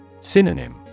Synonym